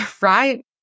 right